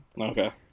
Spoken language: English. Okay